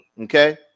okay